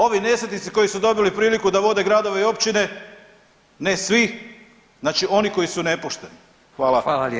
Ovi nesretnici koji su dobili priliku da vode gradove i općine, ne svi, znači oni koji su nepošteni.